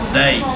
day